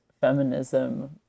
feminism